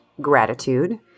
gratitude